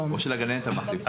או של הגננת המחליפה.